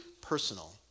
personal